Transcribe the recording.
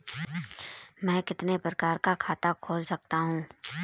मैं कितने प्रकार का खाता खोल सकता हूँ?